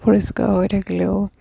পৰিষ্কাৰ হৈ থাকিলেও